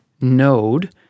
node